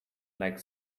like